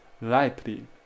lightly